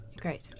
Great